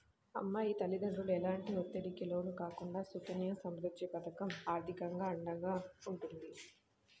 అమ్మాయి తల్లిదండ్రులు ఎలాంటి ఒత్తిడికి లోను కాకుండా సుకన్య సమృద్ధి పథకం ఆర్థికంగా అండగా ఉంటుంది